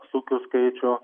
sūkių skaičių